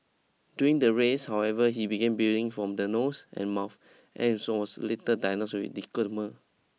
during the race however he began bleeding from the nose and mouth and so was later diagnosed with